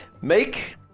Make